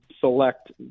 select